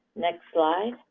next slide.